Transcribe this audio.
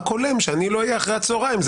זה רק הולם שאני לא אהיה אחרי הצוהריים,